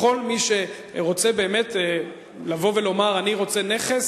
לכל מי שרוצה לבוא ולומר: אני רוצה נכס